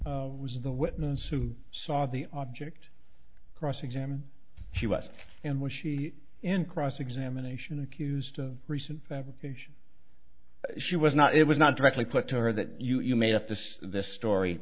was the witness who saw the object cross examine she was and was she in cross examination accused of recent fabrication she was not it was not directly put to her that you made up this this story